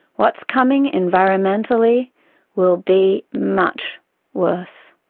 what's coming environmentally will be much worse.